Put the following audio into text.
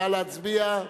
נא להצביע.